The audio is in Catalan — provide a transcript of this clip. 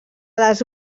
les